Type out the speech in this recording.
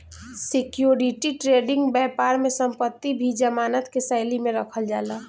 security trading बैपार में संपत्ति भी जमानत के शैली में रखल जाला